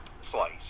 slice